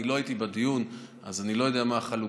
אני לא הייתי בדיון, אז אני לא יודע מה החלוקה.